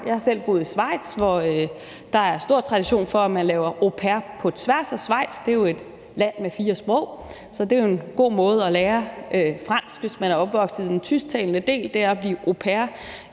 Jeg har selv boet i Schweiz, hvor der er stor tradition for, at man er au pair på tværs af Schweiz. Det er jo et land med fire sprog, så det er en god måde at lære fransk på, hvis man er opvokset i den tysktalende del, altså at blive au pair